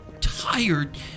tired